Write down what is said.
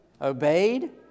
obeyed